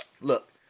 Look